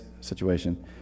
situation